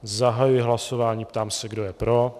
Zahajuji hlasování a ptám se, kdo je pro.